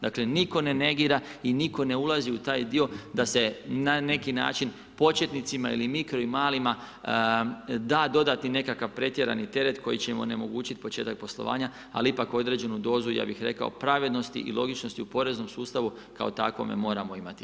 Dakle, nitko ne negira i nitko ne ulazi u taj dio da se na neki način početnicima ili mikro ili malima da dodati nekakvi pretjerani teret koji će im onemogućiti početak poslovanja, ali ipak određenu dozu, ja bi rekao pravednosti i logičnosti u poreznom sustavu kao takvome moramo imati.